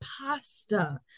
pasta